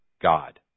God